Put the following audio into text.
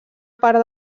part